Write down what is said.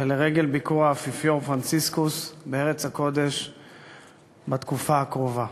ולרגל ביקור האפיפיור פרנציסקוס בארץ הקודש בתקופה הקרובה.